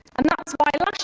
and that's why last